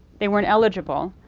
they weren't eligible,